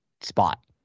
spot